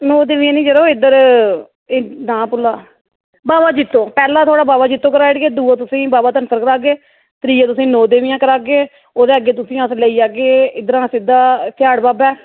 नौ देवियां नी यरो इद्धर एह् नांऽ भुल्ला दा बाबा जित्तो पैह्ला थुआढ़ा बाबा जित्तो कराई ओड़गे दूआ तुसें बाबा धनसर करागे त्रीआ तुसेंगी नौ देवियां करागे ते ओह्दे अग्गें तुसें अस लेई जाह्गे इद्धरा सिद्धा सेयाड़ बाबै